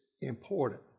important